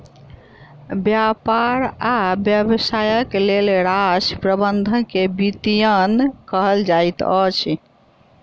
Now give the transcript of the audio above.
व्यापार आ व्यवसायक लेल राशि प्रबंधन के वित्तीयन कहल जाइत अछि